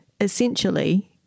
essentially